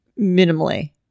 minimally